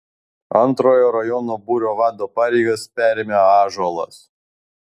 antrojo rajono būrio vado pareigas perėmė ąžuolas